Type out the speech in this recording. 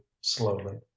slowly